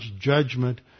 judgment